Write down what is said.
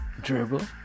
Dribble